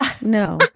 No